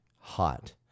Hot